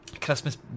Christmas